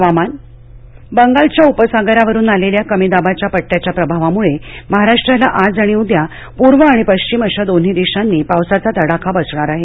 हवामान बंगालच्या उपसागरावरावरून आलेल्या कमीदाबाच्या पट्टयाच्या प्रभावामुळे महाराष्ट्राला आज आणि उद्या पूर्व आणि पश्चिम अशा दोन्ही दिशांनी पावसाचा तडाखा बसणार आहे